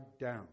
down